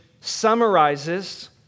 summarizes